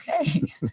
okay